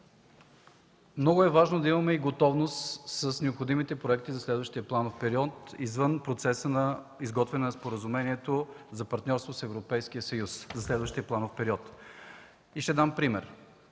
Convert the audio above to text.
много е важно да имаме и готовност с необходимите проекти за следващия планов период, извън процеса на изготвяне на Споразумението за партньорство с Европейския съюз за следващия планов период. Ще дам пример